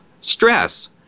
stress